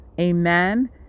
amen